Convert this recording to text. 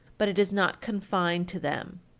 but it is not confined to them.